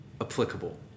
applicable